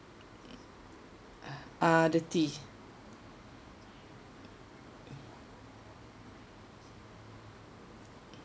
ah the tea